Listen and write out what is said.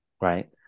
right